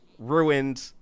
Ruined